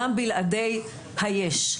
גם בלעדי היש.